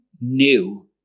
new